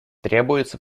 требуется